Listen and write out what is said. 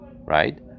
right